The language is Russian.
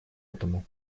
этому